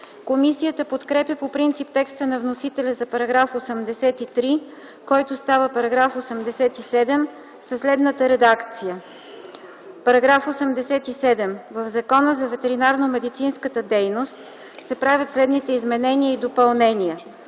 комисията подкрепя по принцип текста на вносителя, който става § 87 със следната редакция: „§ 87. В Закона за ветеринарномедицинската дейност се правят следните изменения и допълнения: